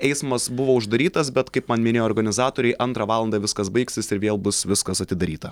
eismas buvo uždarytas bet kaip man minėjo organizatoriai antrą valandą viskas baigsis ir vėl bus viskas atidaryta